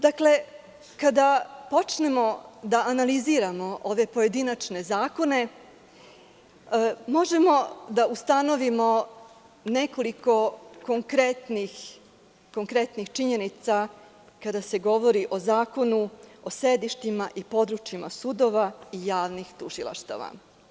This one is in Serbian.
Dakle, kada počnemo da analiziramo ove pojedinačne zakone, možemo da ustanovimo nekoliko konkretnih činjenica, kada se govori o Zakonu o sedištima i područjima sudova i javnih tužilaštava.